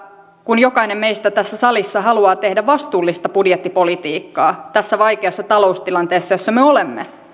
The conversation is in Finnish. kun jokainen meistä tässä salissa haluaa tehdä vastuullista budjettipolitiikkaa tässä vaikeassa taloustilanteessa jossa me olemme